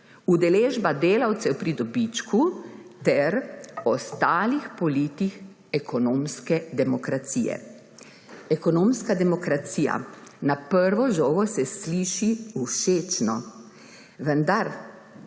udeležba delavcev pri dobičku ter ostalih politik ekonomske demokracije. Ekonomska demokracija − na prvo žogo se sliši všečno, vendar,